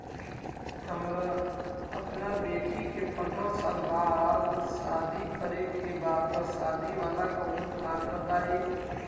हमरा अपना बेटी के पंद्रह साल बाद शादी करे के बा त शादी वाला कऊनो प्लान बताई?